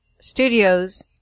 Studios